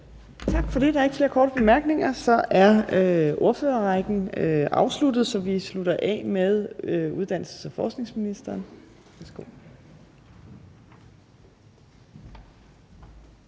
Tak for det. Der er ikke flere korte bemærkninger. Så er ordførerrækken afsluttet, og vi slutter af med uddannelses- og forskningsministeren.